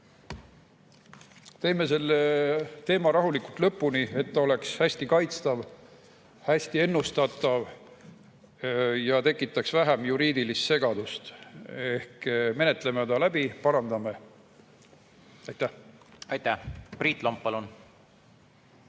Teeme selle teema rahulikult lõpuni, et ta oleks hästi kaitstav, hästi ennustatav ja tekitaks vähem juriidilist segadust, ehk menetleme ja parandame seda [eelnõu]. Aitäh! … nagu